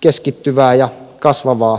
keskittyvää ja kasvavaa väestömäärää